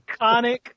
Iconic